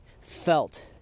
felt